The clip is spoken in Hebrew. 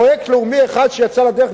פרויקט לאומי אחד שיצא לדרך?